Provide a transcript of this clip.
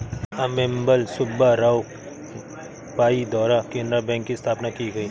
अम्मेम्बल सुब्बा राव पई द्वारा केनरा बैंक की स्थापना की गयी